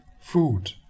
food